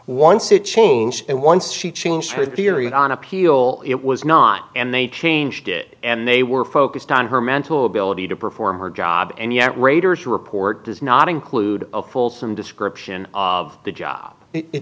once it changed and once she changed her period on appeal it was not and they changed it and they were focused on her mental ability to perform her job and yet rader's report does not include a full from description of the job it